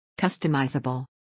Customizable